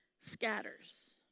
scatters